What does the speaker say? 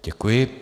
Děkuji.